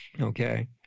okay